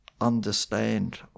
understand